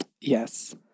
Yes